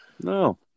No